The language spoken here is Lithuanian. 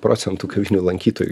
procentų kavinių lankytojų